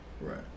Right